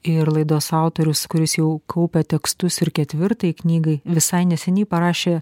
ir laidos autorius kuris jau kaupia tekstus ir ketvirtai knygai visai neseniai parašė